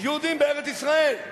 יהודים בארץ-ישראל?